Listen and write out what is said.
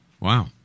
Wow